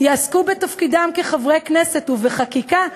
יעסקו בתפקידם כחברי כנסת ובחקיקה.